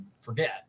forget